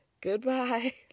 goodbye